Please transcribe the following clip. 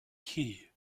key